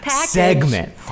Segment